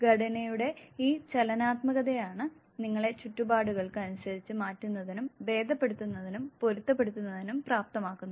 ഘടനയുടെ ഈ ചലനാത്മകതയാണ് നിങ്ങളെ ചുറ്റുപാടുകൾക്ക് അനുസരിച്ച് മാറ്റുന്നതിനും ഭേദപ്പെടുത്തുന്നതിനും പൊരുത്തപ്പെടുന്നതിനും പ്രാപ്തമാക്കുന്നത്